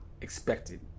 expected